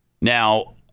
Now